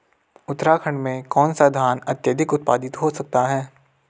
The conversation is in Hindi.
उत्तराखंड में कौन सा धान अत्याधिक उत्पादित हो सकता है?